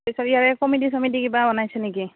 পিছে ইয়াৰে কমিটি চমিটি কিবা বনাইছে নেকি